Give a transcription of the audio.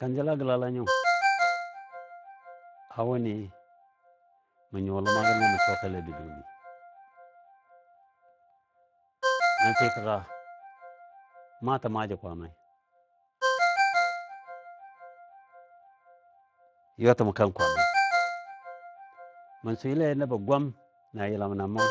Kanjəlɔ a gəlala nyo a wʊnɨ mən nyuwa ləma gənɔle mə suwa kel le a dulo gəmi. Nən tɨkəga, maatəm maaji kwaammai, yɔ təm kan kwaamman, mən swɨle nəbɔ gwam ja yəlam na mou